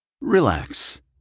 Relax